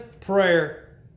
prayer